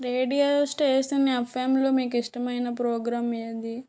radio station ఎఫ్ఎమ్లో మీకు ఇష్టమైన ప్రోగ్రాం ఏది